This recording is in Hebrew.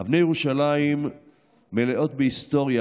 "אבני ירושלים מלאות בהיסטוריה",